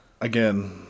again